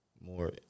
more